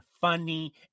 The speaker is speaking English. funny